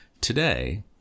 today